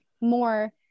more